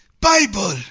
Bible